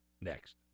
next